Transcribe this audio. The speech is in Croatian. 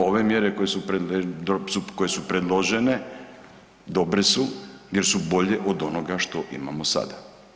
Ove mjere koje su predložene dobre su jer su bolje od onoga što imamo sada.